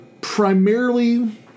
primarily